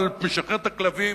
אבל משחרר את הכלבים,